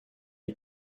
est